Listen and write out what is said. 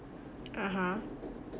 (uh huh)